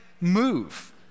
move